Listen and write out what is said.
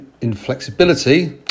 inflexibility